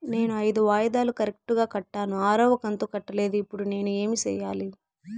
నేను ఐదు వాయిదాలు కరెక్టు గా కట్టాను, ఆరవ కంతు కట్టలేదు, ఇప్పుడు నేను ఏమి సెయ్యాలి?